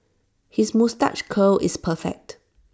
his moustache curl is perfect